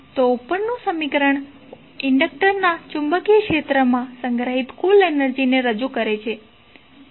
તો ઉપરનું સમીકરણ ઇન્ડક્ટરના ચુંબકીય ક્ષેત્રમાં સંગ્રહિત કુલ એનર્જીને રજૂ કરે છે